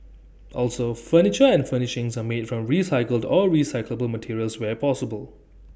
also furniture and furnishings are made from recycled or recyclable materials where possible